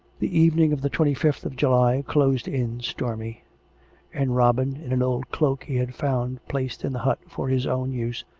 the evening of the twenty fifth of july closed in stormy and robin, in an old cloak he had found placed in the hut for his own use,